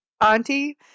Auntie